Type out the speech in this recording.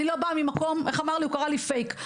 הוא קרא לי ׳Fake׳,